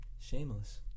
shameless